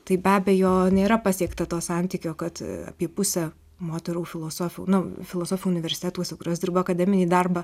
tai be abejo nėra pasiekta to santykio kad apie pusę moterų filosofių nu filosofių universitetuose kurios dirba akademinį darbą